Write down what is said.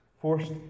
forced